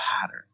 pattern